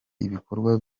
ibikorwa